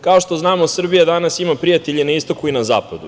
Kao što znamo, Srbija danas ima prijatelje i na istoku i na zapadu.